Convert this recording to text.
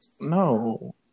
no